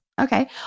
Okay